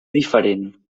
diferent